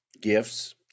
gifts